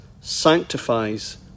sanctifies